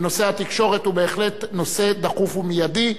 ונושא התקשורת הוא בהחלט נושא דחוף ומיידי.